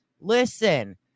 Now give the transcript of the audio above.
listen